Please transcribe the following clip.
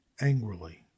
angrily